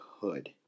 Hood